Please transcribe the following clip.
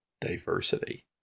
diversity